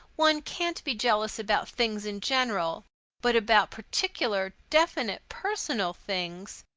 one can't be jealous about things in general but about particular, definite, personal things,